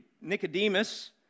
Nicodemus